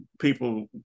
people